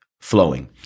flowing